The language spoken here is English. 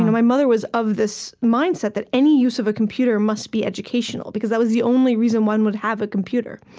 you know my mother was of this mindset that any use of a computer must be educational, because that was the only reason one would have a computer,